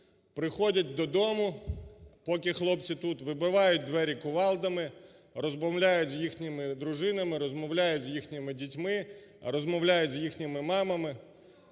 приходять до дому, поки хлопці тут, вибивають двері кувалдами, розмовляють з їхніми дружинами, розмовляють з їхніми дітьми, розмовляють з їхніми мамами.